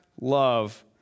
love